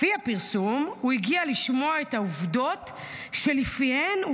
לפי הפרסום הוא הגיע לשמוע את העובדות שלפיהן הוא